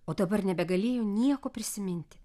o dabar nebegalėjo nieko prisiminti